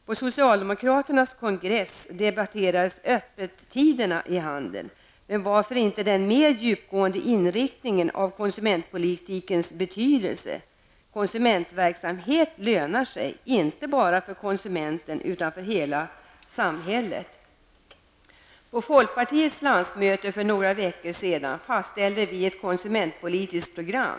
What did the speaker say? På socialdemokraternas kongress debatterades öppettiderna i handeln, men varför debatterades inte mer djupgående inriktningen av konsumentpolitikens betydelse? Konsumentverksamhet lönar sig inte bara för konsumenten utan för hela samhället. På folkpartiets landsmöte för några veckor sedan fastställdes ett konsumentpolitiskt program.